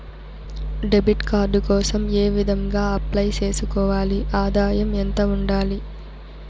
Debit card కోసం ఏ విధంగా అప్లై సేసుకోవాలి? ఆదాయం ఎంత ఉండాలి?